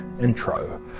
intro